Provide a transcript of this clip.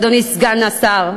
אדוני סגן השר.